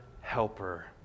helper